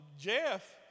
Jeff